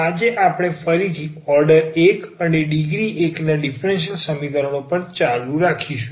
આજે આપણે ફરીથી ઓર્ડર 1 અને ડિગ્રી 1 ના ડીફરન્સીયલ સમીકરણો પર ફરીથી ચર્ચા ચાલુ રાખીશું